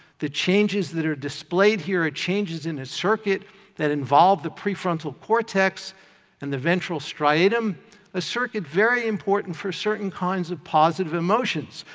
the changes that are displayed here are changes in a circuit that involve the prefrontal cortex and the ventral striatum a circuit very important for certain kinds of positive emotions,